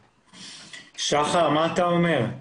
שחר, מה אתה אומר?